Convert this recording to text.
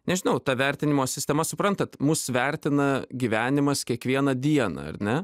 nežinau ta vertinimo sistema suprantat mus vertina gyvenimas kiekvieną dieną ar ne